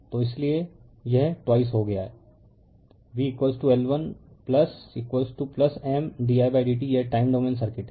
तो इसीलिए यह ट्वाइस हो गया है v L1 M didt यह टाइम डोमेन सर्किट है